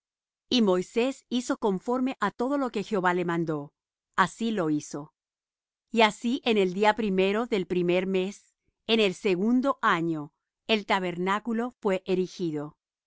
y moisés hizo conforme á todo lo que jehová le mandó así lo hizo y así en el día primero del primer mes en el segundo año el tabernáculo fué erigido